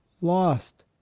lost